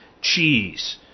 cheese